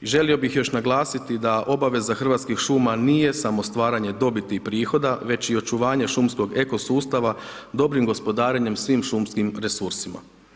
I želio bih još naglasiti da obaveza Hrvatskih šuma nije samo stvaranje dobiti i prihoda, već i očuvanje šumskog eko sustava dobrim gospodarenjem svim šumskim resursima.